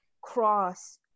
cross